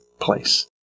place